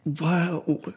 wow